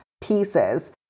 pieces